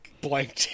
blank